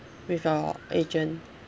with your agent